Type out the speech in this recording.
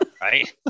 right